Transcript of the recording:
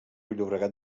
llobregat